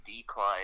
decline